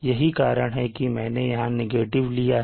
यही कारण है कि मैंने यहां नेगेटिव लिया था